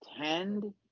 tend